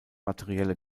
materielle